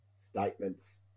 statements